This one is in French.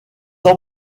ans